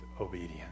obedience